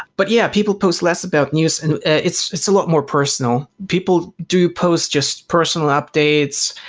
but yeah, people post less about news and it's it's a lot more personal. people do post just personal updates,